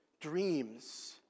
dreams